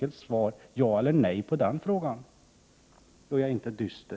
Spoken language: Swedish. Det behövs bara ett ja eller nej — för jag är inte dyster.